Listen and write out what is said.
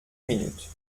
minutes